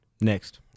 Next